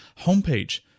Homepage